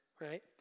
right